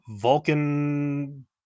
Vulcan